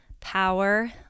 power